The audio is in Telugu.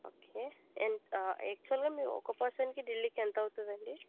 ఓకే ఎం ఆక్చువల్గా ఒక పర్సన్కి ఢిల్లీకి ఎంత అవుతుంది అండి